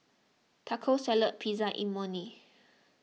Taco Salad Pizza and Imoni